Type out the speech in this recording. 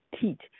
teach